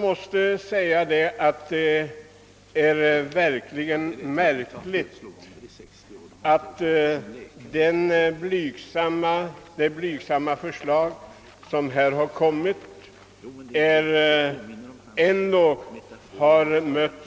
Det är ändå högst märkligt att detta blygsamma förslag föranlett